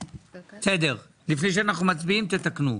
לפני שאנחנו מצביעים תתקנו.